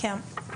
כן.